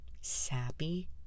sappy